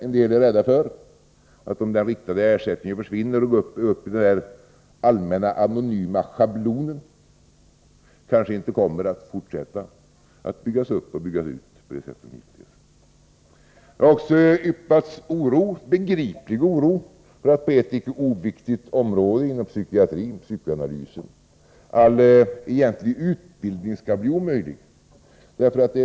En del är rädda för att, om den riktade ersättningen försvinner och går upp i den allmänna anonyma schablonen, man inte kommer att fortsätta att bygga upp och bygga ut denna verksamhet på det sätt som hittills har skett. Det har yppats begriplig oro för att all egentlig utbildning inom ett icke oviktigt område inom psykiatrin och psykoanalysen kan bli omöjlig att få.